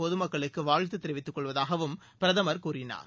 பொதுமக்களுக்கு வாழ்த்துத் தெரிவித்துக் கொள்வதாகவும் பிரதமர் கூறினார்